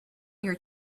your